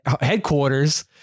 headquarters